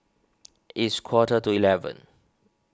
its quarter to eleven